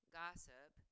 gossip